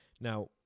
Now